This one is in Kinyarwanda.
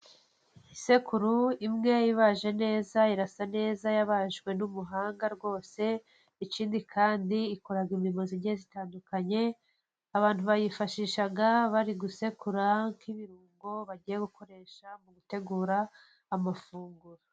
Isekuru imwe ibaje neza irasa neza yabajwe n'umuhanga rwose, ikindi kandi ikora imirimo igiye itandukanye, abantu bayifashisha bari gusekura nk'ibirungo, bagiye gukoresha mu gutegura amafunguro.